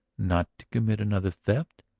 not to commit another theft?